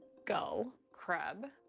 gull. crab.